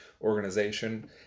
organization